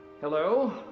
Hello